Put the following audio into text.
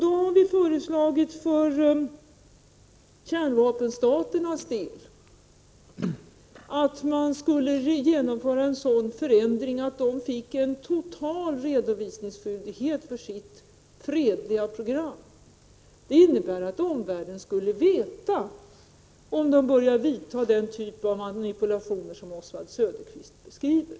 Vi har för kärnvapenstaternas del föreslagit att man skulle genomföra en sådan förändring att de fick en total redovisningsskyldighet för sina fredliga program. Det innebär att omvärlden skulle veta om ett land börjar vidta den typ av manipulationer som Oswald Söderqvist beskriver.